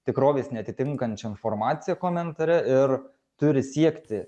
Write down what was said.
tikrovės neatitinkančią informaciją komentare ir turi siekti